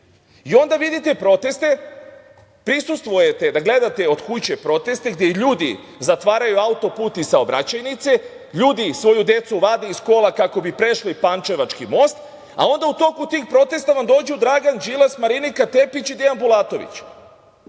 vidite proteste, prisustvujete da gledate od kuće proteste, gde ljudi zatvaraju autoput i saobraćajnice, ljudi svoju decu vade iz kola kako bi prešli Pančevački most, a onda u toku tih protesta vam dođu Dragan Đilas, Marinika Tepić i Dejan Bulatović,